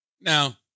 Now